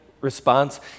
response